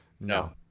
No